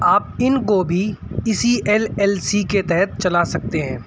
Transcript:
آپ ان کو بھی اسی ایل ایل سی کے تحت چلا سکتے ہیں